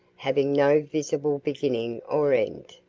having no visible beginning or end,